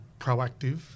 proactive